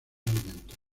alimentos